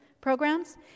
programs